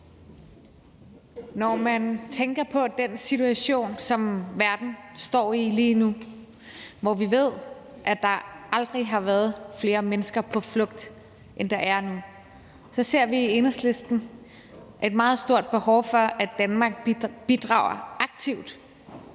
Når man tænker på den situation, som verden står i lige nu, hvor vi ved, at der aldrig har været flere mennesker på flugt, end der er nu, så ser vi i Enhedslisten et meget stort behov for, at Danmark bidrager aktivt